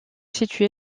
située